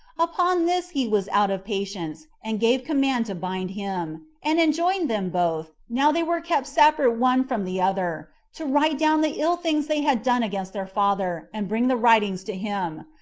upon this he was out of patience, and gave command to bind him and enjoined them both, now they were kept separate one from the other, to write down the ill things they had done against their father, and bring the writings to him,